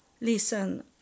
listen